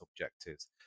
objectives